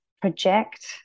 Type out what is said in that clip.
project